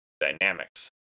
dynamics